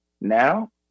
now